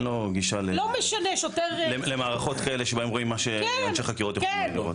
אין לו גישה למערכות כאלה שבהן רואים מה שאנשי חקירות יכולים לראות.